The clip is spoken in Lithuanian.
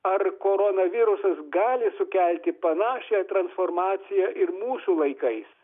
ar koronavirusas gali sukelti panašią transformaciją ir mūsų laikais